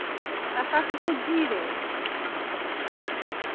बस अस पुज्जी गेदे